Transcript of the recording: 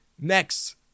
Next